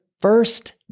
first